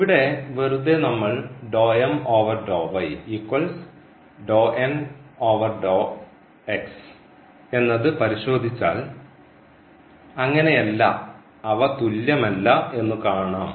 ഇവിടെ വെറുതെ നമ്മൾ എന്നത് പരിശോധിച്ചാൽ അങ്ങനെയല്ല അവ തുല്യമല്ല എന്നു കാണാം